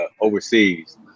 overseas